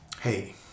hey